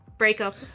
Breakup